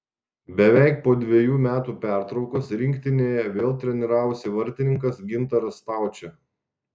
beveik po dvejų metų pertraukos rinktinėje vėl treniravosi vartininkas gintaras staučė